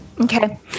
Okay